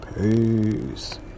Peace